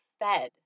fed